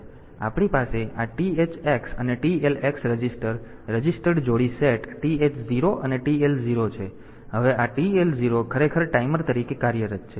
તેથી આપણી પાસે આ TH x અને TL x રજિસ્ટર રજિસ્ટર્ડ જોડી સેટ TH 0 અને TL 0 છે અને હવે આ TL 0 ખરેખર ટાઈમર તરીકે કાર્યરત છે